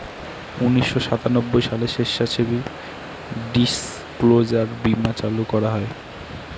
উনিশশো সাতানব্বই সালে স্বেচ্ছাসেবী ডিসক্লোজার বীমা চালু করা হয়